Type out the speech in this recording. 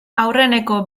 aurreneko